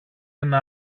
ένα